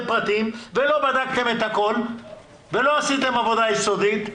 פרטים ולא בדקתם את הכול ולא עשיתם עבודה יסודית.